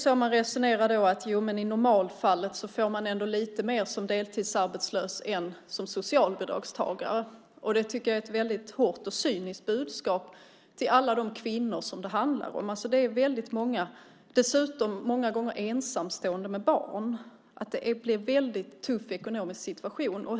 Det resoneras så här: Jo, men i normalfallet får man ändå lite mer som deltidsarbetslös än som socialbidragstagare. Det tycker jag är ett väldigt hårt och cyniskt budskap till alla de kvinnor som det här handlar om. Det är fråga om väldigt många, dessutom många gånger ensamstående med barn. Det blir en väldigt tuff ekonomisk situation.